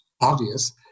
obvious